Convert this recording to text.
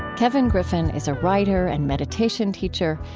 kevin griffin is a writer and meditation teacher.